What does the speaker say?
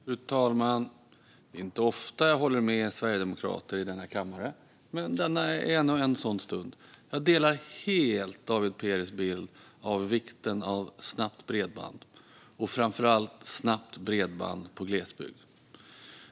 Fru talman! Det är inte ofta jag håller med sverigedemokrater i denna kammare, men detta är en sådan stund. Jag delar helt David Perez bild av vikten av snabbt bredband, framför allt snabbt bredband i glesbygd.